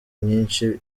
nyinshi